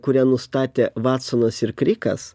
kurią nustatė vatsonas ir krikas